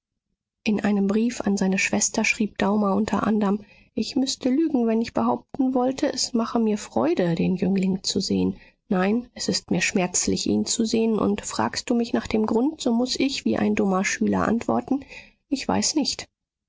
in einem brief an seine schwester schrieb daumer unter anderm ich müßte lügen wenn ich behaupten wollte es mache mir freude den jüngling zu sehen nein es ist mir schmerzlich ihn zu sehen und fragst du mich nach dem grund so muß ich wie ein dummer schüler antworten ich weiß nicht